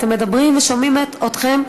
אתם מדברים ושומעים אתכם,